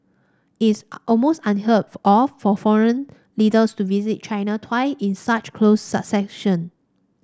it's almost unheard of for foreign leaders to visit China twice in such close succession